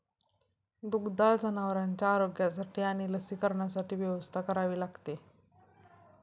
दुधाळ जनावरांच्या आरोग्यासाठी आणि लसीकरणासाठी व्यवस्था करावी लागते